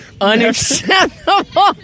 Unacceptable